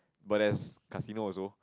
but there's casino also